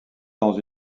dans